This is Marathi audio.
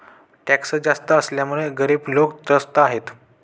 टॅक्स जास्त असल्यामुळे गरीब लोकं त्रस्त आहेत